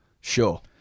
Sure